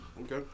Okay